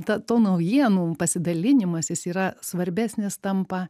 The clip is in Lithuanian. ta to naujienų pasidalinimas jis yra svarbesnis tampa